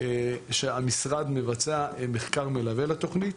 שהמשרד מבצע מחקר מלווה לתוכנית